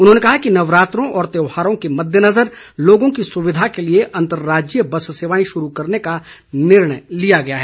उन्होंने कहा कि नवरात्रों और त्योहारों के मद्देनजर लोगों की सुविधा के लिये अंतरराज्यीय बस सेवाएं शुरू करने का निर्णय लिया गया है